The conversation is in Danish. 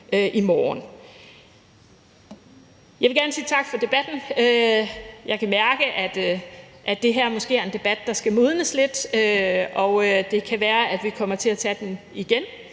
i morgen. Jeg vil gerne sige tak for debatten. Jeg kan mærke, at det her måske er en debat, der skal modnes lidt, og det kan være, at vi kommer til at tage den med